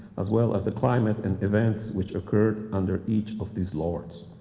as well as the climate and events which occurred under each of these lords.